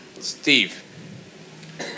Steve